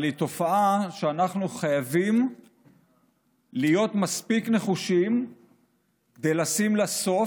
אבל היא תופעה שאנחנו חייבים להיות מספיק נחושים כדי לשים לה סוף,